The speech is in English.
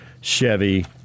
Chevy